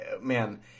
Man